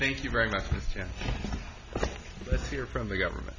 thank you very much if you're from the government